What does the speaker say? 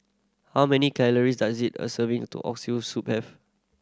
how many calories does it a serving to Oxtail Soup have